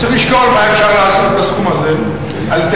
צריך לשקול מה אפשר לעשות בסכום הזה באופן